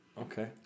Okay